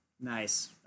Nice